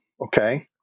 Okay